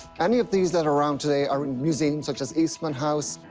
any of these that are around today are in museums, such as eastman house.